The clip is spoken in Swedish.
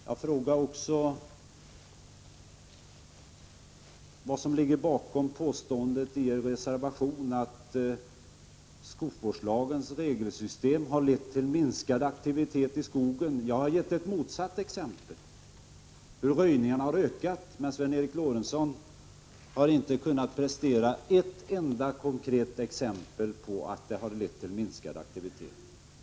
Jag frågade också vad som ligger bakom påståendet i er reservation, att skogsvårdslagens regelsystem har lett till minskad aktivitet i skogen. Jag har gett ett motsatt exempel på hur röjningen har ökat. Men Sven Eric Lorentzon har inte kunnat prestera ett enda konkret exempel på att det har lett till minskad aktivitet.